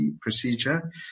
procedure